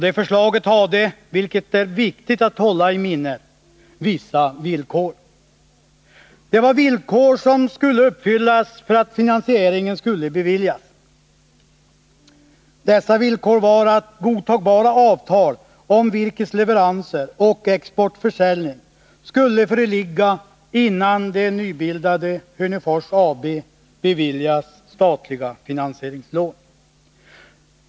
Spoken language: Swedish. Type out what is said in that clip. Det förslaget innehöll, vilket är viktigt att hålla i minnet, vissa villkor. Det var villkor som skulle uppfyllas för att finansieringen skulle beviljas. Dessa villkor var att godtagbara avtal om virkesleveranser och exportförsäljning skulle föreligga innan det nybildade Hörnefors AB beviljades statliga finansieringslån.